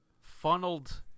funneled